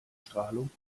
strahlung